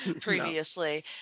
previously